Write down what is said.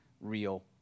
real